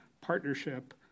Partnership